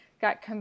got